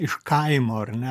iš kaimo ar ne